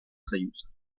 союза